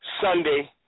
Sunday